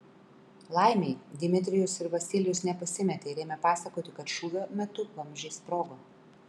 laimei dmitrijus ir vasilijus nepasimetė ir ėmė pasakoti kad šūvio metu vamzdžiai sprogo